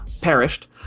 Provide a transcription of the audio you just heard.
perished